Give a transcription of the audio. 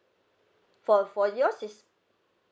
for for yours is